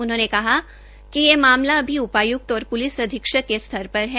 उन्होंने कहा कि यह मामला अभी उपाय्क्त और प्लिस अधीक्षक के स्तर पर है